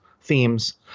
themes